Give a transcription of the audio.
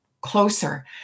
closer